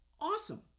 Awesome